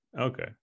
okay